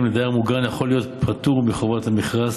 לדייר מוגן יכול להיות פטור מחובת מכרז,